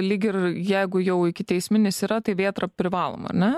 lyg ir jeigu jau ikiteisminis yra tai vėtra privaloma ar ne